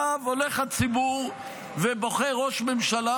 הולך הציבור ובוחר ראש ממשלה,